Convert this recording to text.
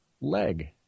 leg